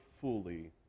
fully